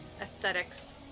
aesthetics